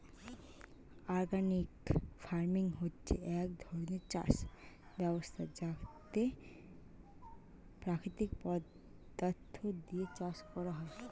organic farming হচ্ছে এক ধরণের চাষ ব্যবস্থা যাতে প্রাকৃতিক পদার্থ দিয়ে চাষ করা হয়